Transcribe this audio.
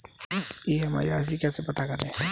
EMI राशि कैसे पता करें?